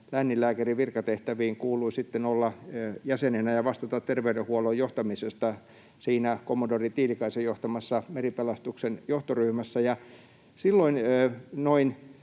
lääninlääkärin virkatehtäviin kuului sitten olla jäsenenä ja vastata terveydenhuollon johtamisesta siinä kommodori Tiilikaisen johtamassa meripelastuksen johtoryhmässä. Tietysti